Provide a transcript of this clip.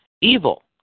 Evil